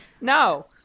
no